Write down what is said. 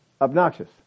obnoxious